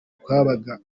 twabaga